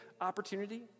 opportunity